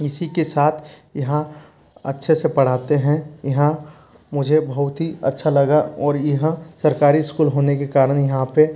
इसी के साथ यहाँ अच्छे से पढ़ाते हैं यहाँ मुझे बहुत ही अच्छा लगा और यह सरकारी स्कूल होने के कारण यहाँ पर